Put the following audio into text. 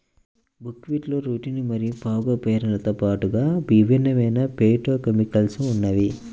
బుక్వీట్లో రుటిన్ మరియు ఫాగోపైరిన్లతో పాటుగా విభిన్నమైన ఫైటోకెమికల్స్ ఉన్నాయి